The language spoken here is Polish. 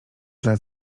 dla